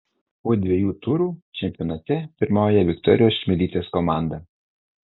po dviejų turų čempionate pirmauja viktorijos čmilytės komanda